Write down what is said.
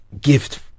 gift